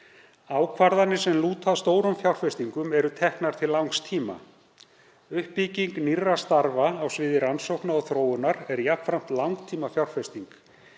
„Ákvarðanir sem lúta að stórum fjárfestingum eru teknar til langs tíma. Uppbygging nýrra starfa á sviði rannsókna og þróunar er jafnframt langtímafjárfesting.